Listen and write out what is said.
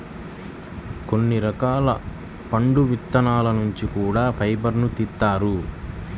కొన్ని రకాల పండు విత్తనాల నుంచి కూడా ఫైబర్ను తీత్తారు